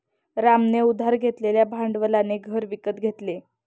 रामने उधार घेतलेल्या भांडवलाने घर विकत घेतले